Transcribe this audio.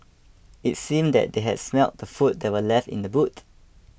it seemed that they had smelt the food that were left in the boot